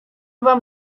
wam